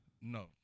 No